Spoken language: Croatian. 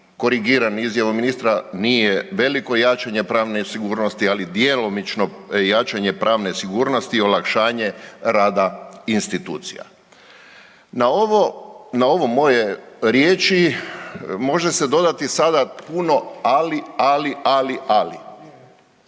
korigiram izjavu ministra nije veliko jačanje pravne sigurnosti ali djelomično jačanje pravne sigurnosti i olakšanje rada institucija. Na ovo, na ove moje riječi može se dodati sada puno ali, ali, ali, ali.